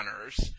honors